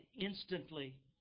instantly